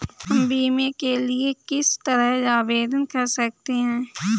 हम बीमे के लिए किस तरह आवेदन कर सकते हैं?